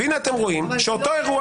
והנה אתם רואים שאותו אירוע